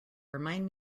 remind